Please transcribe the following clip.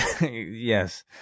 Yes